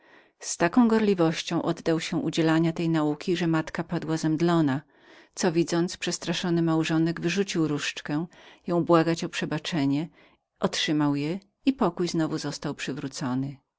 z taką gorliwością oddał się udzielaniu tej nauki że matka moja padła zemdlona co widząc przestraszony małżonek wyrzucił laskę jął błagać przebaczenia otrzymał go i pokój znowu został przywrócony